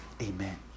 Amen